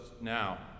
now